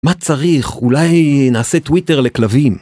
מה צריך? אולי נעשה טוויטר לכלבים?